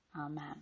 Amen